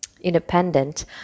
independent